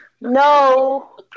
no